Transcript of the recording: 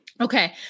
Okay